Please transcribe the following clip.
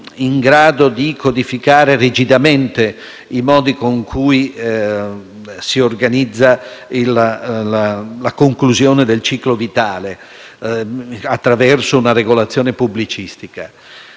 in grado di codificare rigidamente i modi con cui si organizza la conclusione del ciclo vitale attraverso una regolazione pubblicistica.